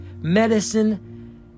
medicine